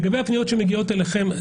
לגבי הפניות שמגיעות אליכם.